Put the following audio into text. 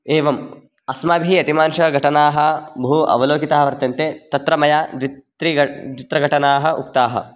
एवम् अस्माभिः अतिमानुषघटनाः बहु अवलोकिता वर्तन्ते तत्र मया द्वित्रि ग द्वित्रिगटनाः उक्ताः